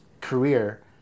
career